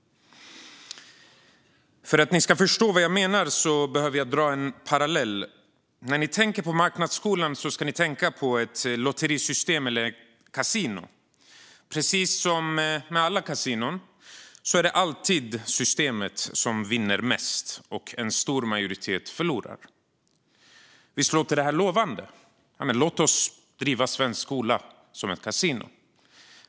För att ni ska förstå vad jag menar behöver jag dra en parallell. När ni tänker på marknadsskolan kan ni tänka på ett lotterisystem eller ett kasino. Precis som med alla kasinon är det alltid systemet som vinner mest, och en stor majoritet förlorar. Visst låter det lovande? Låt oss driva svensk skola som ett kasino.